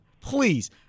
please